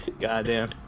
Goddamn